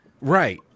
Right